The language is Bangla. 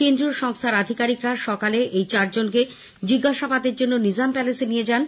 কেন্দ্রীয় সংস্হার আধিকারিকরা সকালে এই চারজনকে জিজ্ঞাসাবাদের জন্য নিজাম প্যালেসে নিয়ে যান